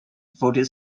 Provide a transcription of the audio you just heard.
voting